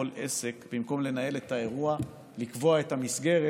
עסק במקום לנהל את האירוע ולקבוע את המסגרת.